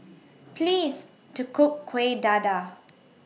Please to Cook Kueh Dadar